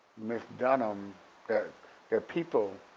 miss dunham there're people